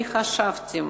אני חשבתי,